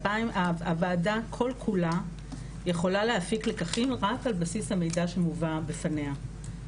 הוועדה כל כולה יכולה להפיק לקחים רק על בסיס המידע שמובא בפניה.